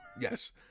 Yes